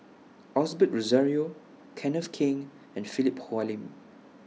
Osbert Rozario Kenneth Keng and Philip Hoalim